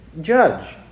judge